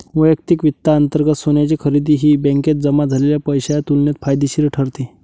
वैयक्तिक वित्तांतर्गत सोन्याची खरेदी ही बँकेत जमा झालेल्या पैशाच्या तुलनेत फायदेशीर ठरते